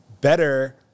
better